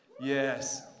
yes